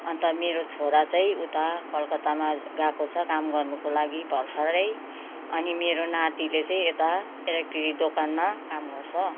अन्त मेरो छोरा चाहिँ उता कलकत्तामा गएको छ काम गर्नुको लागि भर्खरै अनि मेरो नातीले चाहिँ यता इलेक्ट्रीक दोकानमा काम गर्छ